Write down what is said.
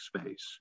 space